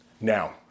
Now